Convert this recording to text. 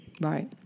Right